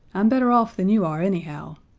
i'm better off than you are, anyhow.